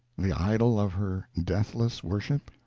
the idol of her deathless worship?